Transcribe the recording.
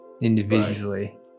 Individually